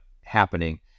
happening